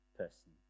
person